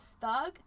thug